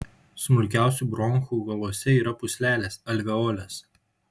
smulkiausių bronchų galuose yra pūslelės alveolės